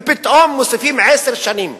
ופתאום מוסיפים עשר שנים,